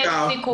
אם אפשר,